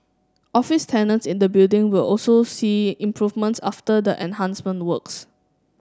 office tenants in the building will also see improvements after the enhancement works